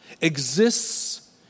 exists